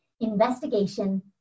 investigation